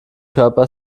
körper